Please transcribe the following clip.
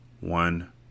one